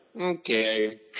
okay